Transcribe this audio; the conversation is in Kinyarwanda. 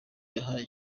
yahaye